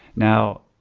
now,